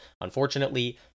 Unfortunately